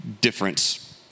difference